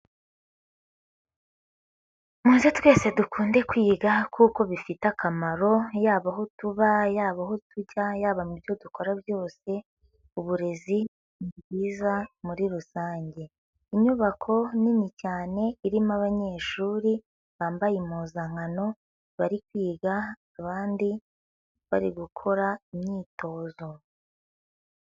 Muze twese dukunde kwiga kuko bifite akamaro yaba aho tuba, yaba aho tujya, yaba mu byo dukora byose uburezi ni bwiza muri rusange. Inyubako nini cyane irimo abanyeshuri bambaye impuzankano bari kwiga abandi bari gukora imyitozo.